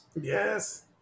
Yes